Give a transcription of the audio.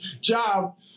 job